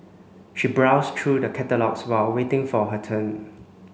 she browsed through the catalogues while waiting for her turn